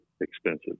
expensive